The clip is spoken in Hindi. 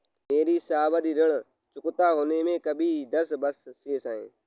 मेरे सावधि ऋण चुकता होने में अभी दस वर्ष शेष है